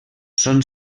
són